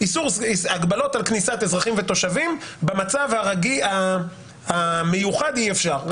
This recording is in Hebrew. הגבלות על כניסת אזרחים ותושבים במצב המיוחד אי אפשר.